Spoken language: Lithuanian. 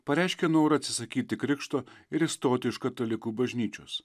pareiškė norą atsisakyti krikšto ir išstoti iš katalikų bažnyčios